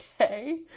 Okay